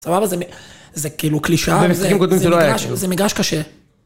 סבבה זה כאילו קלישאה, זה מגרש קשה.